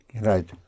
Right